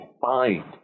find